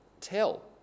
tell